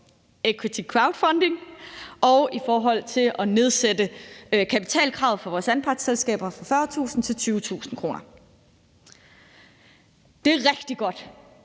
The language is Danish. equity crowdfunding og nedsættelsen af kapitalkravet for vores anpartsselskaber fra 40.000 kr. til 20.000 kr. Det er rigtig godt,